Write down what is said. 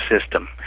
system